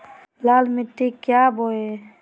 लाल मिट्टी क्या बोए?